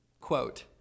Quote